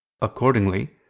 Accordingly